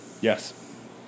Yes